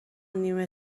نیمه